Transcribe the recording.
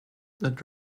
that